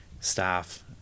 staff